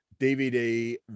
dvd